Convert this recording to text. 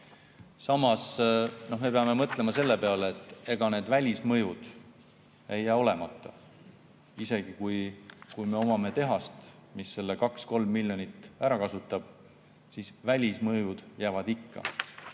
Samas me peame mõtlema selle peale, et ega need välismõjud ei jää olemata. Isegi kui meil on tehas, mis selle 2–3 miljonit ära kasutab, siis välismõjud jäävad ikka.